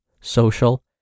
social